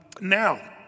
Now